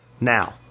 Now